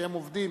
שהם עובדים.